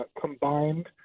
combined